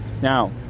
Now